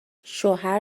شوهر